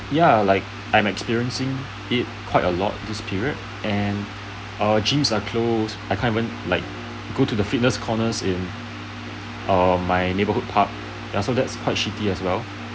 ya like I'm experiencing it quite a lot this period quite a lot and err gym are closed I can't even like go to the fitness corner in um my neighbourhood park so that's quite shitty as well